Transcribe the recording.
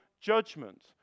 judgment